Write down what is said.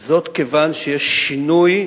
זאת, כיוון שיש שינוי,